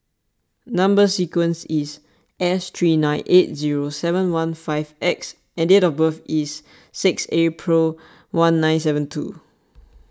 Number Sequence is S three nine eight zero seven one five X and date of birth is six April one nine seven two